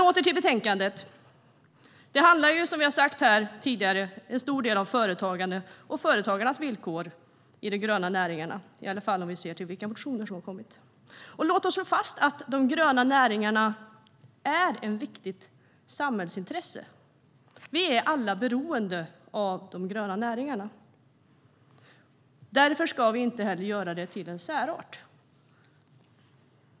Åter till betänkandet. Det handlar till stor del om företagande och företagarnas villkor i de gröna näringarna, i alla fall om vi ser till vilka motioner som har väckts. Låt oss slå fast att de gröna näringarna är ett viktigt samhällsintresse. Vi är alla beroende av de gröna näringarna. Därför ska vi inte göra detta till en särart.